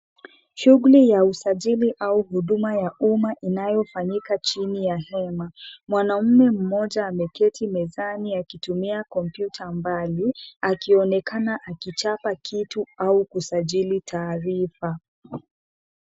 Shuguli ya usajili au huduma ya jmma inayofanyika chini ya hema, mwanaume mmoja ameketi mezani akitumia kompyuta mbali akionekana akichapa kitu au kusajili taarifa.